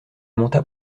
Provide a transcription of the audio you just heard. monta